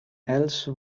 else